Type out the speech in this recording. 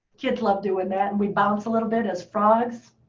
kids love doing that. and we bounce a little bit as frogs.